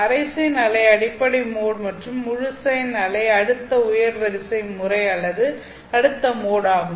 அரை சைன் அலை அடிப்படை மோட் மற்றும் முழு சைன் அலை அடுத்த உயர் வரிசை முறை அல்லது அடுத்த மோட் ஆகும்